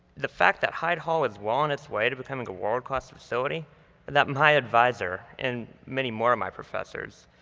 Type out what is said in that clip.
the fact that hyde hall is well on its way to becoming a world class facility or that my advisor and many more of my professors,